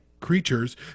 creatures